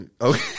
Okay